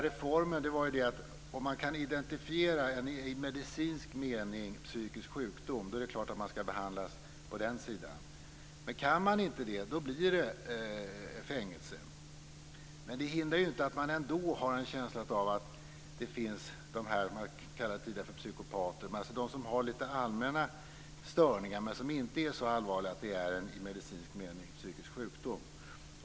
Reformen gick ut på att om man kan identifiera en i medicinsk mening psykisk sjukdom skall behandlingen förstås ske på den sidan. Kan man inte det blir det fängelse. Men det hindrar inte att man har en känsla av att det finns vad man tidigare kallade psykopater, dvs. sådana som har litet allmänna störningar men inte så allvarliga att de i medicinsk mening utgör en psykisk sjukdom.